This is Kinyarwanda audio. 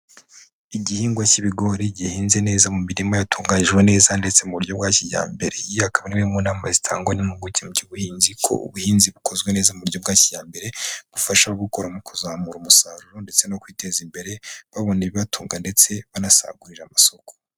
Igihingwa cy'ibigori gihinze neza mu mirima yatunganyijwe neza ndetse mu buryo bwa kijyambere, iyi aka arimwe mu nama zitangwa n'impuguke mu by'ubuhinzi, ko ubuhinzi bukozwe neza mu buryo bwa kijyambere bufasha gukura mu kuzamura umusaruro ndetse no kwiteza imbere babona ibibatunga ndetse banasagurira amasoko.